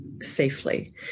safely